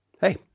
Hey